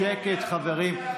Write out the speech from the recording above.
שקט, חברים.